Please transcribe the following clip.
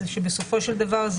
שבסופו של דבר,